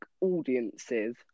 audiences